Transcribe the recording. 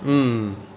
mm